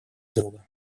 друга